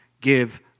give